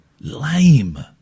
lame